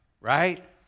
right